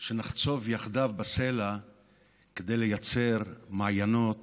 שנחצוב יחדיו בסלע כדי לייצר מעיינות